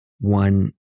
one